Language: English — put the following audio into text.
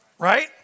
right